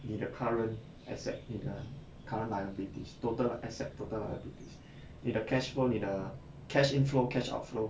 你的 current asset 你的 current liabilities total asset total liabilities 你的 cash flow 你的 cash inflow cash outflow